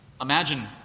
Imagine